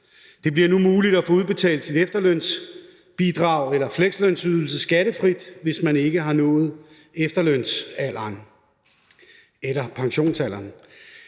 Det bliver nu muligt at få udbetalt sit efterlønsbidrag eller sin flekslønsydelse skattefrit, hvis man ikke har nået efterlønsalderen eller pensionsalderen.